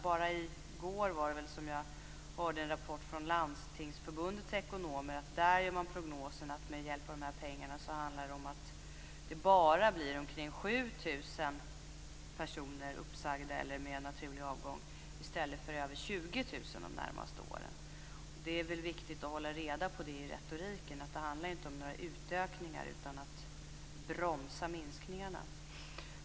Bara i går hörde jag att man i en rapport från Landstingsförbundets ekonomer gör prognosen att det med hjälp av de här pengarna handlar om att det bara är omkring 7 000 personer som blir uppsagda eller får en naturlig avgång i stället för 20 000 de närmaste åren. Det är viktigt att i retoriken hålla reda på att det inte handlar om några utökningar utan om att bromsa minskningarna.